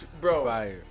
Bro